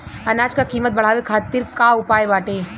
अनाज क कीमत बढ़ावे खातिर का उपाय बाटे?